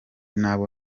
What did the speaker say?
n’abo